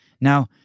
Now